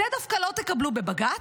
את זה דווקא לא תקבלו בבג"ץ.